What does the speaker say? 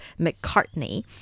McCartney